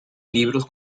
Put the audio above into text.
libros